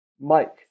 Mike